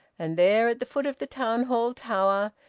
and there at the foot of the town hall tower,